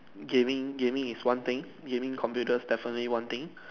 gaming gaming is one thing gaming computer is definitely one thing